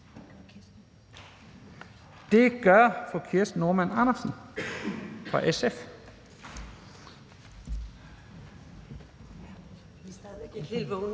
Det gør fru Kirsten Normann Andersen fra SF.